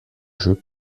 jeux